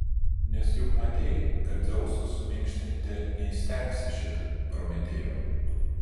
nes juk matei kad dzeuso suminkštinti neįstengsi šitaip prometėjau